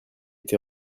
été